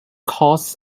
cause